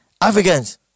Africans